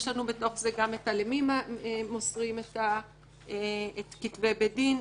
יש לנו בתוך גם את ה"למי" מוסרים את כתבי בית דין.